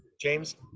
james